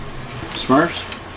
Smurfs